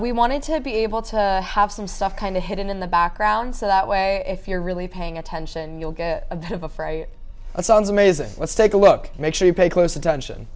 we wanted to be able to have some stuff kind of hidden in the background so that way if you're really paying attention you'll get a bit of a song's amazing let's take a look make sure you pay close attention